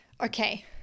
Okay